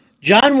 John